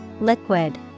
Liquid